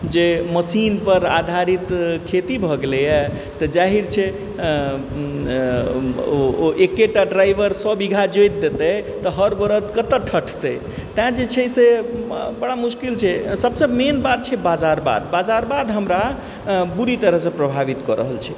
जे मशीन पर आधारित खेती भऽ गेलै हँ तऽ जाहिर छै ओ एकेटा ड्राइवर सए बीघा जोति देतय तऽ हर बरद कत्तो ठटतै तैं जे छे से बड़ा मुश्किल छै सभसँ मेन बात छै बाजारवाद हमरा बुरी तरहसँ प्रभावित कऽ रहल छै